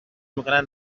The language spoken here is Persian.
میکنن